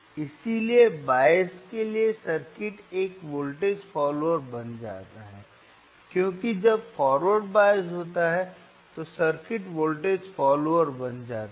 इसलिए बायस के लिए सर्किट एक वोल्टेज फोल्लोवर बन जाता है क्योंकि जब फॉरवर्ड बायस होता है तो सर्किट वोल्टेज फोल्लोवर बन जाता है